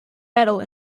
medal